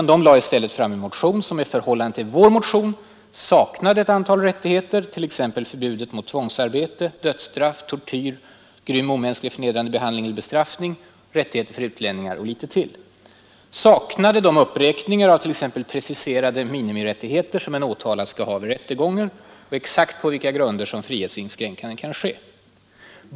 De lade i stället fram en motion som i förhållande till vår motion saknade ett antal rättigheter, t.ex. förbud mot tvångsarbete, dödsstraff, tortyr, grym, omänsklig och förnedrande behandling vid bestraffning, rättigheter för utlänningar och litet till. Den saknade uppräkningar av preciserade minimirättigheter som en åtalad skall ha vid rättegång och exakt på vilka grunder som frihetsinskränkande kan ske.